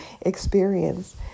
experience